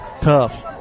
tough